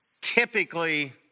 Typically